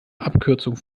abkürzung